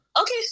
okay